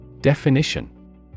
Definition